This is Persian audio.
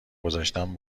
گذاشتن